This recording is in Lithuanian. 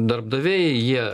darbdaviai jie